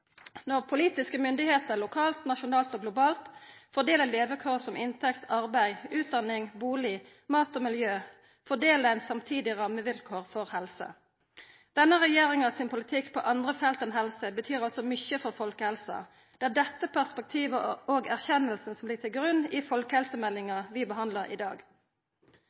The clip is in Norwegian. Når politiske styresmakter lokalt, nasjonalt og globalt fordeler levekår som inntekt, arbeid, utdanning, bustad, mat og miljø, fordeler dei samtidig rammevilkåra for helse. Denne regjeringa sin politikk på andre felt enn helse betyr mykje for folkehelsa. Det er dette perspektivet og erkjenninga som ligg til grunn i folkehelsemeldinga vi behandlar i dag.